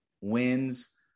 wins